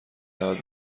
دعوت